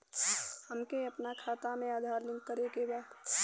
हमके अपना खाता में आधार लिंक करें के बा?